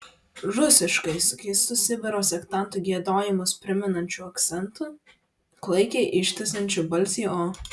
rusiškai su keistu sibiro sektantų giedojimus primenančiu akcentu klaikiai ištęsiančiu balsį o